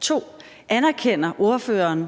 2: Anerkender ordføreren,